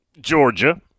Georgia